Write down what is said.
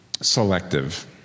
selective